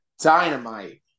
Dynamite